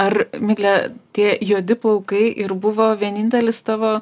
ar migle tie juodi plaukai ir buvo vienintelis tavo